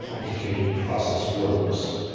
complicated process works,